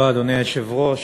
אדוני היושב-ראש,